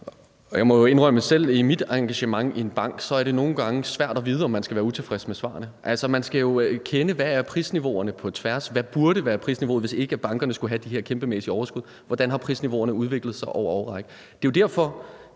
Jeg må jo indrømme, selv med mit engagement i en bank er det nogle gange svært at vide, om man skal være utilfreds med svarene. Altså, man skal jo kende prisniveauerne på tværs, altså hvad der burde være prisniveauet, hvis ikke bankerne skulle have de her kæmpemæssige overskud, og hvordan prisniveauerne har udviklet sig over en årrække. Det er jo derfor,